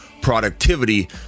productivity